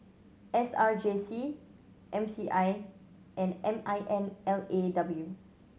S R J C M C I and M I N L A W